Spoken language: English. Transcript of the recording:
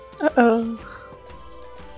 Uh-oh